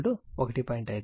5